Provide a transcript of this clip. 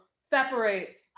separate